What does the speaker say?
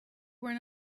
were